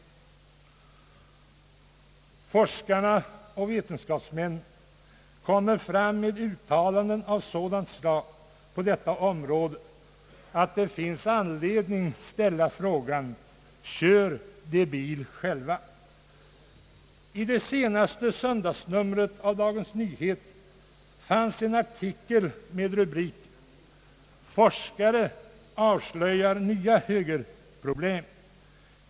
Forskarna och vetenskapsmännen kommer med uttalanden av sådant slag på detta område att det finns anledning ställa frågan: Kör de bil själva? I det senaste söndagsnumret av Dagens Nyheter fanns en artikel med rubriken »Forskare avslöjar nya högerproblem«.